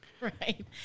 Right